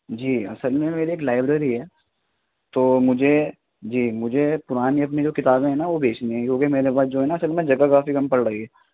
جی اصل میں میری ایک لائبریری ہے تو مجھے جی مجھے پرانی اپنی جو کتابیں ہیں نا وہ بیچنی ہیں کیوںکہ میرے پاس جو ہے نا اصل میں جگہ کافی کم پڑ رہی ہے